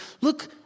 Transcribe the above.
Look